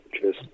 Cheers